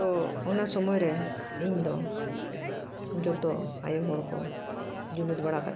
ᱛᱚ ᱚᱱᱟ ᱥᱚᱢᱚᱭ ᱨᱮ ᱤᱧ ᱫᱚ ᱡᱚᱛᱚ ᱟᱭᱳ ᱦᱚᱲ ᱠᱚ ᱡᱩᱢᱤᱫ ᱵᱟᱲᱟ ᱠᱟᱛᱮ